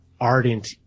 ardent